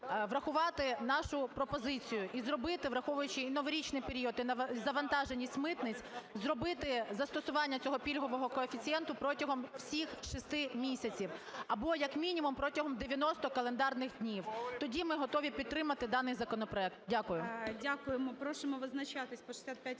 врахувати нашу пропозицію і зробити, враховуючи і новорічний період, і завантаженість митниць, зробити застосування цього пільгового коефіцієнта протягом всіх 6 місяців, або як мінімум протягом 90 календарних днів. Тоді ми готові підтримати даний законопроект. Дякую.